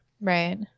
Right